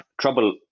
trouble